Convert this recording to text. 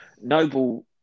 Noble